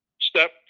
step